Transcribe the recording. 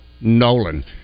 Nolan